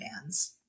fans